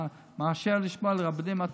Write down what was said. מאשר לשמוע לרבנים.